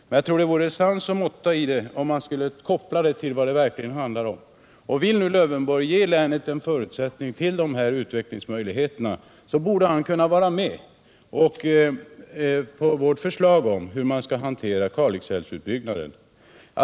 Men jag tror att det vore sans och måtta i talet om man skulle koppla detta till vad det verkligen handlar om. Vill nu herr Lövenborg ge länet en förutsättning för dessa utvecklingsmöjligheter, så borde han kunna vara med på vårt förslag om hur man skall hantera utbyggnaden av Kalix älv.